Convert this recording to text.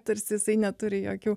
tarsi jisai neturi jokių